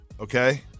okay